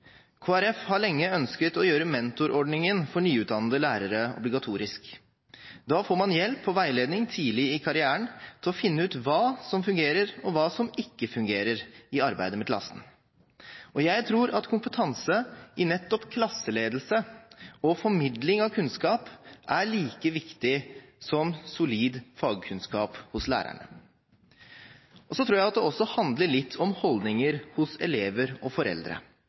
Folkeparti har lenge ønsket å gjøre mentorordningen for nyutdannede lærere obligatorisk. Da får man hjelp og veiledning tidlig i karrieren til å finne ut hva som fungerer og hva som ikke fungerer i arbeidet med klassen. Jeg tror at kompetanse i nettopp klasseledelse og formidling av kunnskap er like viktig som solid fagkunnskap hos lærerne. Jeg tror også at det handler litt om holdninger hos elever og foreldre.